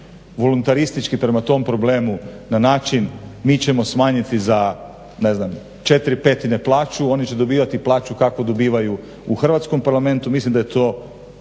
voluntaristički prema tom problemu na način mi ćemo smanjiti za 4/5 plaću, oni će dobivati plaću kakvu dobivaju u hrvatskom Parlamentu, mislim da je to